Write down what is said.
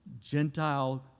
Gentile